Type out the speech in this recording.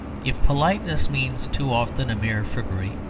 if politeness means too often a mere frippery,